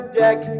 deck